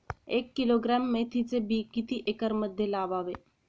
एक किलोग्रॅम मेथीचे बी किती एकरमध्ये लावावे?